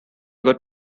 good